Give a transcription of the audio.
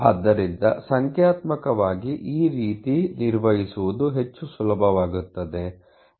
ಆದ್ದರಿಂದ ಸಂಖ್ಯಾತ್ಮಕವಾಗಿ ಈ ರೀತಿ ನಿರ್ವಹಿಸುವುದು ಹೆಚ್ಚು ಸುಲಭವಾಗುತ್ತದೆ